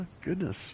Goodness